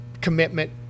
commitment